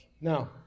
Now